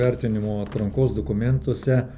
vertinimo atrankos dokumentuose